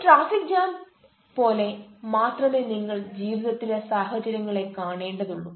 ഒരു traffic jam Traffic Jamപോലെ മാത്രമേ നിങ്ങൾ ജീവിതത്തിലെ സാഹചര്യങ്ങളെ കാണേണ്ടതുള്ളു